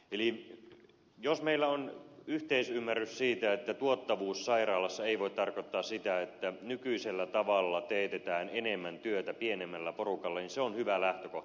eli jos meillä on yhteisymmärrys siitä että tuottavuus sairaalassa ei voi tarkoittaa sitä että nykyisellä tavalla teetetään enemmän työtä pienemmällä porukalla niin se on hyvä lähtökohta